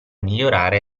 migliorare